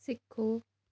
ਸਿੱਖੋ